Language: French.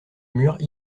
mur